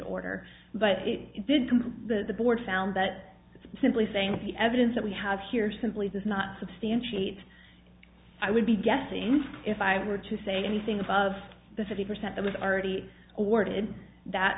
order but it did come from the board found that simply saying the evidence that we have here simply does not substantiate i would be guessing if i were to say anything above the fifty percent that was already awarded that